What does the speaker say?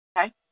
Okay